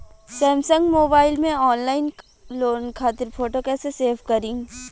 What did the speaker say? Samsung mobile में online loan खातिर photo कैसे सेभ करीं?